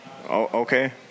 Okay